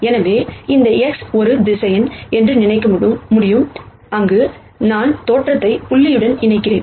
எனவே இந்த X ஒரு வெக்டர் என்று நினைக்க முடியும் அங்கு நான் தோற்றத்தை புள்ளியுடன் இணைக்கிறேன்